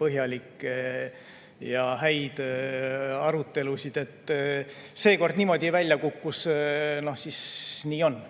põhjalikke ja häid arutelusid. Kui seekord niimoodi välja kukkus, siis nii on.